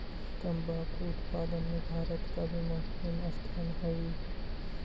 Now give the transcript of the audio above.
तंबाकू उत्पादन में भारत का भी महत्वपूर्ण स्थान हई